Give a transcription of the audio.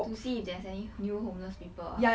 to see if there is any new homeless people ah